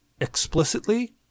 explicitly